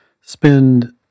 spend